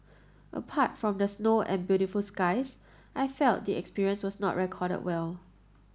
apart from the snow and beautiful skies I felt the experience was not recorded well